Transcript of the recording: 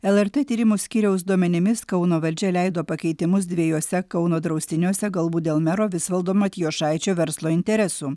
lrt tyrimų skyriaus duomenimis kauno valdžia leido pakeitimus dviejuose kauno draustiniuose galbūt dėl mero visvaldo matijošaičio verslo interesų